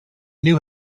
knew